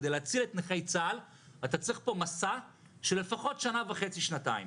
אתה צריך פה מסע של לפחות שנה וחצי שנתיים